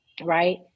Right